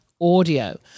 audio